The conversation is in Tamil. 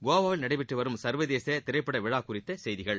கோவாவில் நடைபெற்று வரும் சர்வசேத திரைப்படவிழா குறித்த செய்திகள்